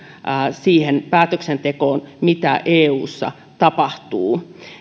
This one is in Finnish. siihen päätöksentekoon mitä eussa tapahtuu